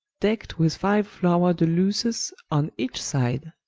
deckt with fine flower-de-luces on each side,